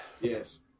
Yes